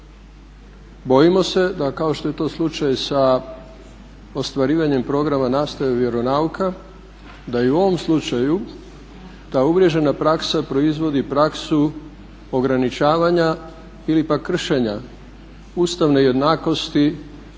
Bojimo se da kao što je to slučaj sa ostvarivanjem programa nastave vjeronauka da i u ovom slučaju ta uvriježena praksa proizvodi praksu ograničavanja ili pak kršenja ustavne jednakosti